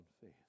faith